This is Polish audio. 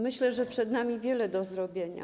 Myślę, że przed nami wiele do zrobienia.